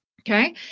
okay